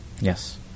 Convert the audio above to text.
Yes